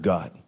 God